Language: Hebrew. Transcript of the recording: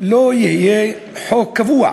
לי פתאום זווית